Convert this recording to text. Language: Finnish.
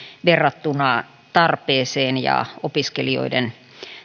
verrattuna tarpeeseen ja opiskelijoiden